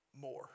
more